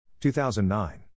2009